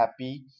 happy